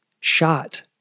shot